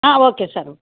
okay sir